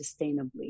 sustainably